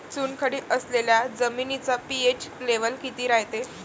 चुनखडी असलेल्या जमिनीचा पी.एच लेव्हल किती रायते?